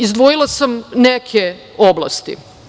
Izdvojila sam neke oblasti.